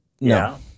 no